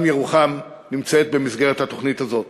גם ירוחם נמצאת במסגרת התוכנית הזאת.